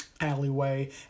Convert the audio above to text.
alleyway